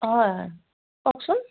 হয় হয় কওকচোন